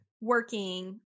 working